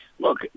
Look